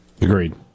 Agreed